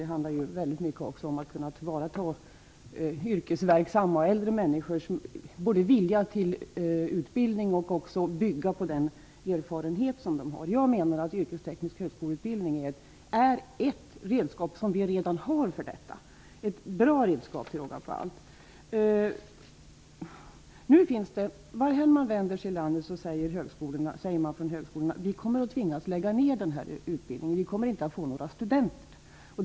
Det handlar också väldigt mycket om att kunna tillvarata yrkesverksamma äldre människors vilja till utbildning samt att bygga på den erfarenhet som de har. Jag menar att yrkesteknisk högskoleutbildning är ett redskap som vi redan har för detta. Det är till råga på allt ett bra redskap. Vart man än vänder sig i landet säger man på högskolorna att de kommer att tvingas att lägga ner den här utbildningen eftersom de inte kommer att få några studenter till den.